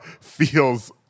feels